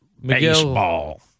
Baseball